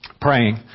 praying